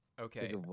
Okay